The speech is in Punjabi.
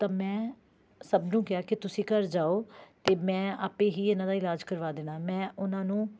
ਤਾਂ ਮੈਂ ਸਭ ਨੂੰ ਕਿਹਾ ਕਿ ਤੁਸੀਂ ਘਰ ਜਾਉ ਅਤੇ ਮੈਂ ਆਪ ਹੀ ਇਹਨਾਂ ਦਾ ਇਲਾਜ ਕਰਵਾ ਦੇਣਾ ਮੈਂ ਉਹਨਾਂ ਨੂੰ